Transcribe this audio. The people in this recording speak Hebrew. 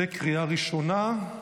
בקריאה ראשונה.